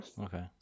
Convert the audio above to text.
Okay